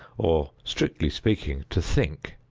or, strictly speaking, to think,